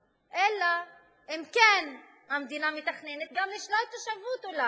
אלא אם כן המדינה מתכננת גם לשלול תושבות, אולי.